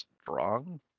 strong